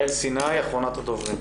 יעל סיני, אחרונת הדוברים.